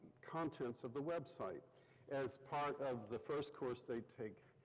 contents of the website as part of the first course they take,